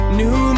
new